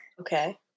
Okay